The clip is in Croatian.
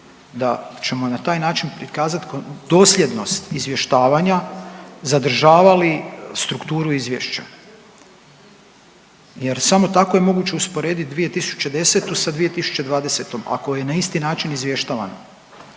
da ćemo na taj način prikazat dosljednost izvještavanja zadržavali strukturu izvješća jer samo tako je moguće usporedit 2010. sa 2020. ako je na isti način izvještavano.